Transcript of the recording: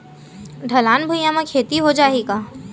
ढलान भुइयां म खेती हो जाही का?